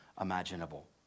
imaginable